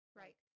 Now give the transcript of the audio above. right